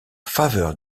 faveur